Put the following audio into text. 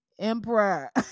Emperor